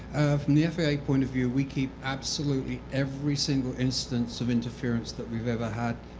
from the faa point of view, we keep absolutely every single incidence of interference that we've ever had.